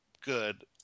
good